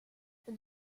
nous